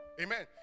Amen